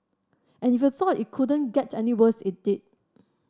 and if you thought it couldn't get any worse it did